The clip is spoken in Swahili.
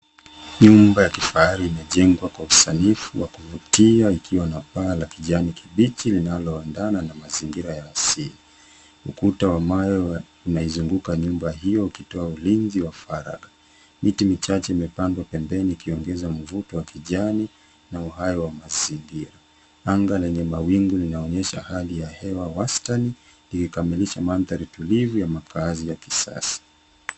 Nyumba ya kifahari imejengwa kwa usanifu wa kuvutia ikiwa na paa la kijani kibichi linaloendana na mazingira ya asili. Ukuta wa mawe unaizunguka nyumba hiyo ukitoa ulinzi wa faragha. Miti michache imepandwa pembeni ikiongeza mvuto wa kijani na uhai wa mazingira. Anga lenye mawingu linaonyesha hali ya hewa wastani likikamilisha mandhari tulivu ya makazi ya kisasa.